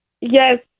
Yes